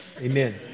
Amen